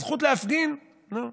הזכות להפגין, לא.